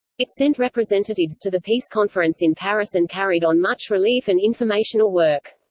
it sent representatives to the peace conference in paris and carried on much relief and informational work.